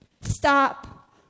stop